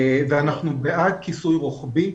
אנחנו בעד כיסוי רוחבי.